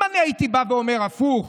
אם הייתי בא ואומר הפוך,